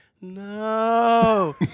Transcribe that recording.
no